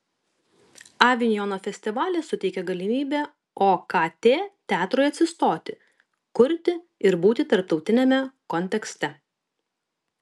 avinjono festivalis suteikė galimybę okt teatrui atsistoti kurti ir būti tarptautiniame kontekste